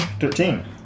Thirteen